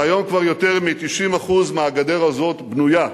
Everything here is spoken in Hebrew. והיום כבר יותר מ-90% מהגדר הזאת בנויה,